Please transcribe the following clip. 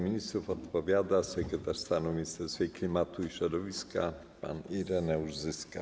Ministrów odpowiada sekretarz stanu w Ministerstwie Klimatu i Środowiska pan Ireneusz Zyska.